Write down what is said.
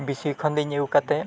ᱵᱤᱥᱩᱭ ᱠᱷᱚᱱᱫᱚ ᱤᱧ ᱟᱹᱜᱩ ᱠᱟᱛᱮᱫ